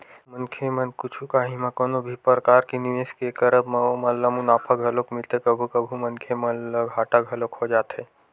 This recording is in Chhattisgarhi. मनखे मन कुछु काही म कोनो भी परकार के निवेस के करब म ओमन ल मुनाफा घलोक मिलथे कभू कभू मनखे मन ल घाटा घलोक हो जाथे